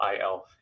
IL